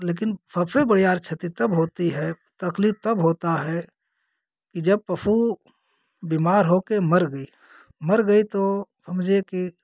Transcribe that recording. लेकिन सबसे बड़ी आर क्षती तब होती है तकलीफ तब होता है कि जब पशु बीमार होकर मर गई मर गई तो समझिए कि